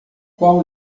qual